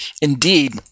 indeed